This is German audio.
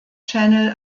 channel